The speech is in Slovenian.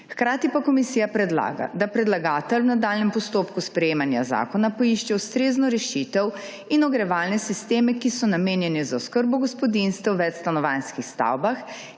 Hkrati pa komisija predlaga, da predlagatelj v nadaljnjem postopku sprejemanja zakona poišče ustrezno rešitev in ogrevalne sisteme, ki so namenjeni za oskrbo gospodinjstev v večstanovanjskih stavbah